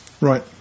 Right